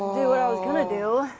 i was going to do.